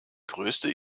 größte